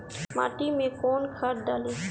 माटी में कोउन खाद डाली?